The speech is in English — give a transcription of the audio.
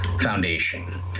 foundation